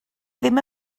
ddim